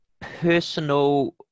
personal